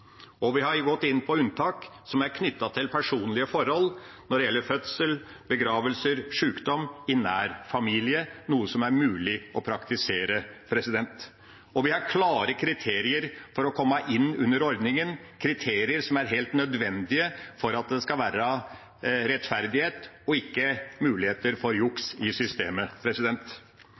Vi har gått inn for unntak som er knyttet til personlige forhold når det gjelder fødsler, begravelser og sykdom i nær familie, noe som er mulig å praktisere. Og vi har klare kriterier for å komme inn under ordningen, kriterier som er helt nødvendige for at det skal være rettferdighet og ikke muligheter for juks i systemet.